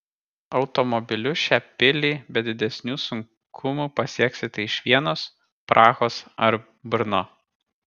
automobiliu šią pilį be didesnių sunkumų pasieksite iš vienos prahos ar brno